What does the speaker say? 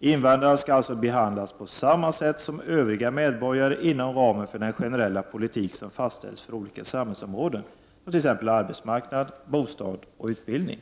Invandrarna skall alltså behandlas på samma sätt som övriga medborgare inom ramen för den generella politik som fastställs för olika samhällsområden, som t.ex. arbetsmarknad, bostad och utbildning.